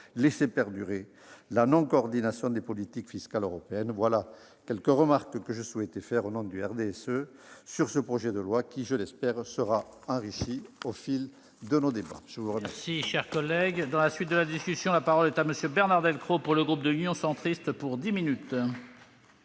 laisser perdurer la non-coordination des politiques fiscales européennes. Voilà quelques remarques que je souhaitais faire au nom du RDSE sur ce projet de loi de finances, qui, je l'espère, sera enrichi au fil de nos débats.